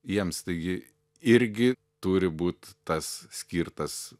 jiems taigi irgi turi būt tas skirtas